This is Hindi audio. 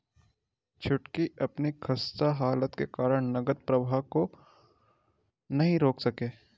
छुटकी अपनी खस्ता हालत के कारण नगद प्रवाह को नहीं रोक सके